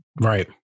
Right